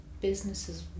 businesses